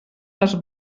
les